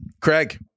Craig